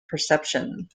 perception